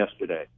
yesterday